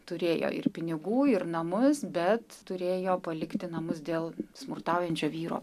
turėjo ir pinigų ir namus bet turėjo palikti namus dėl smurtaujančio vyro